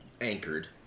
anchored